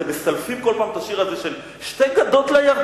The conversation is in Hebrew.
אתם מסלפים כל פעם את השיר הזה של "שתי גדות לירדן,